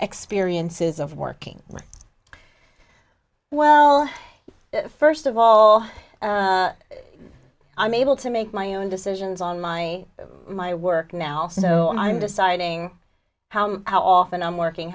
experiences of working with well first of all i'm able to make my own decisions on my my work now so i'm deciding how how often i'm working